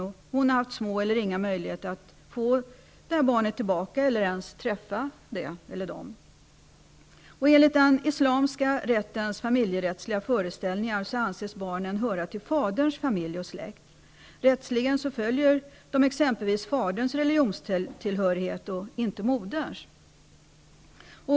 Hon har haft små eller inga möjligheter att få tillbaka barnet eller ens träffa det. Enligt den islamiska rättens familjerättsliga föreställningar anses barnen höra till faderns familj och släkt. De följer t.ex. rättsligen faderns religionstillhörighet och inte moderns.